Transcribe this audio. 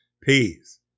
peace